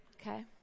okay